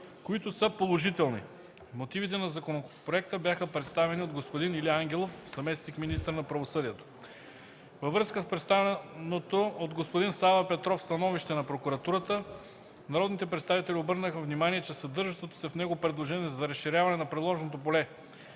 които са положителни. Мотивите на законопроекта бяха представени от господин Илия Ангелов, заместник–министър. Във връзка с представеното от господин Сава Петров становище на прокуратурата, народните представители обърнаха внимание, че съдържащото се в него предложение за разширяване на приложното поле